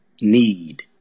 need